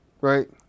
right